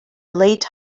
late